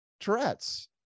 Tourette's